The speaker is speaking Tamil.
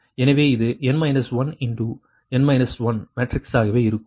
எனவே இது n 1 மேட்ரிக்ஸாகவே இருக்கும்